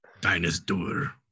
Dinosaur